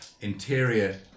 interior